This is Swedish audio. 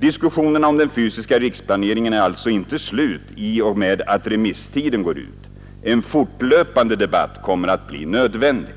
Diskussionerna om den fysiska riksplaneringen är alltså inte slut i och med att remisstiden går ut. En fortlöpande debatt kommer att bli nödvändig.